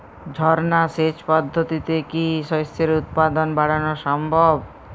ঝর্না সেচ পদ্ধতিতে কি শস্যের উৎপাদন বাড়ানো সম্ভব?